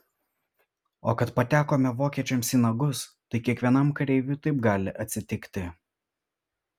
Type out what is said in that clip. o kad patekome vokiečiams į nagus tai kiekvienam kareiviui taip gali atsitikti